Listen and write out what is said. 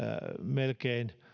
melkein